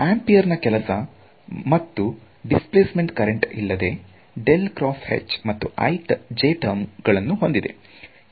ಆನಂತರದಲ್ಲಿ ampere ನಾ ಕೆಲಸ ಮತ್ತು ಡಿಸ್ಪ್ಲೇಸ್ಮೆಂಟ್ ಕರೆಂಟ್ ಇಲ್ಲದೆ ಮತ್ತು ಟರ್ಮ್ ಗಳನ್ನು ಹೊಂದಿದೇ